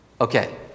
Okay